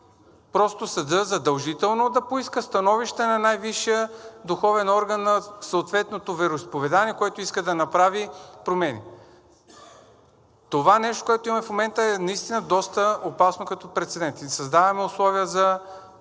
просто съдът задължително да поиска становище на най-висшия духовен орган на съответното вероизповедание, което иска да направи промени. Това нещо, което имаме в момента, е наистина доста опасно като прецедент. Създаваме условия за